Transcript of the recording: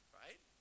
right